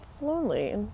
lonely